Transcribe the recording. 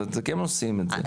אז אתם כן עושים את זה.